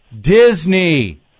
Disney